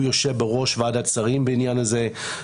גם יושב בראש ועדת שרים בעניין הזה.